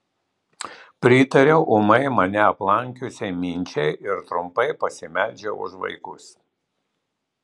pritariau ūmai mane aplankiusiai minčiai ir trumpai pasimeldžiau už vaikus